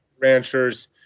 Ranchers